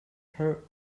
her